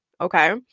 okay